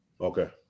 Okay